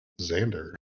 xander